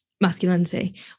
masculinity